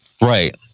Right